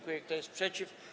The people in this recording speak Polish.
Kto jest przeciw?